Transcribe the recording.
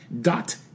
dot